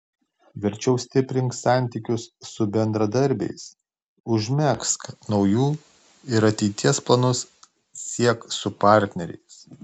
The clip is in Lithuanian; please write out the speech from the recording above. verčiau stiprink santykius su bendradarbiais užmegzk naujų ir ateities planus siek su partneriais